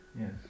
Yes